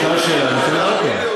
הוא שאל שאלה, אני רוצה לענות לו.